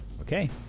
Okay